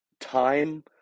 time